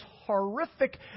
horrific